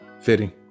Fitting